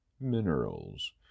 minerals